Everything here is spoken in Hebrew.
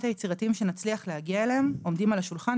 היצירתיים שנצליח להגיע אליהם עומדים על השולחן,